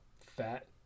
fat